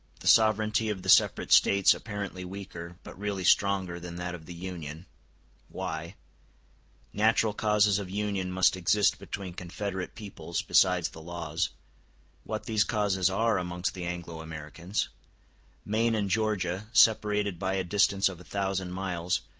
the sovereignty of the separate states apparently weaker, but really stronger, than that of the union why natural causes of union must exist between confederate peoples besides the laws what these causes are amongst the anglo-americans maine and georgia, separated by a distance of a thousand miles,